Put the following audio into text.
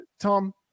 tom